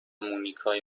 مونیکای